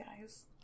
guys